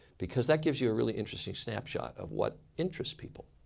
because that gives you a really interesting snapshot of what interests people.